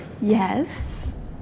Yes